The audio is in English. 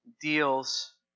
deals